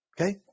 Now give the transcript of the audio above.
Okay